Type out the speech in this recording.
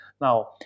Now